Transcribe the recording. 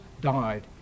died